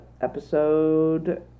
episode